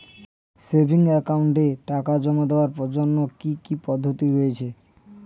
Savings একাউন্টে টাকা জমা দেওয়ার জন্য কি কি পদ্ধতি রয়েছে?